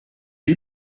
you